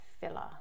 filler